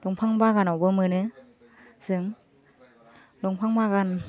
दंफां बागानावबो मोनो जों दंफां बागान